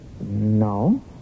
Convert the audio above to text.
No